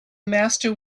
master